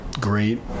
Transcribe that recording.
great